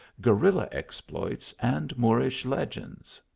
gue rilla exploits, and moorish legends.